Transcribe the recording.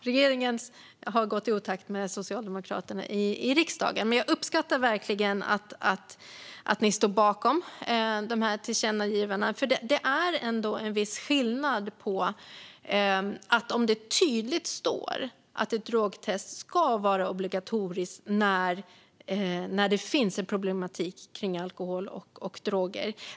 Regeringen har gått i otakt med socialdemokraterna i riksdagen. Men jag uppskattar verkligen att ni står bakom dessa tillkännagivanden. Det är ändå en viss skillnad om det tydligt står att ett drogtest ska vara obligatoriskt när det finns en problematik kring alkohol och droger.